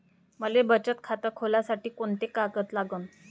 मले बचत खातं खोलासाठी कोंते कागद लागन?